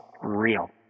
real